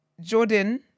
Jordan